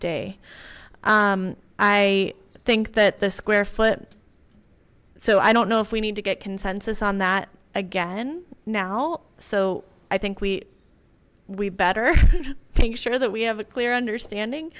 day i think that the square foot so i don't know if we need to get consensus on that again now so i think we we better think sure that we have a clear understanding